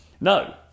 No